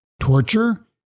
torture